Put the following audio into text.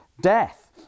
death